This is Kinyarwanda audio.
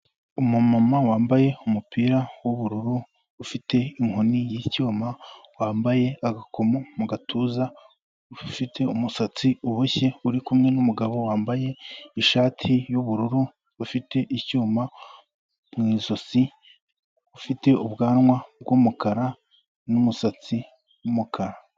Umumama wambaye umupira w'ubururu ufite inkoni y'icyuma, wambaye agakomo mu gatuza, ufite umusatsi uboshye uri kumwe n'umugabo wambaye ishati y'ubururu, ufite icyuma mu ijosi ufite ubwanwa bw'umukara n'umusatsi w'umukara.